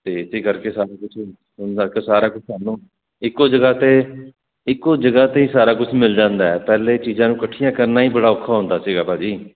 ਤੇ ਕਰਕੇ ਸਾਨੂੰ ਕੁਛ ਸਾਰਾ ਕੁਝ ਕਰ ਲਓ ਇੱਕੋ ਜਗ੍ਹਾ ਤੇ ਇੱਕੋ ਜਗ੍ਹਾ ਤੇ ਹੀ ਸਾਰਾ ਕੁਝ ਮਿਲ ਜਾਂਦਾ ਹੈ ਪਹਿਲੇ ਚੀਜ਼ਾਂ ਨੂੰ ਇਕੱਠੀਆਂ ਕਰਨਾ ਹੀ ਬੜਾ ਔਖਾ ਹੁੰਦਾ ਸੀਗਾ ਭਾਅ ਜੀ